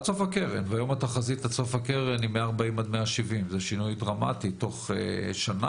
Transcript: והיום התחזית עד סוף הקרן היא 140 עד 170. זה שינוי דרמטי תוך שנה,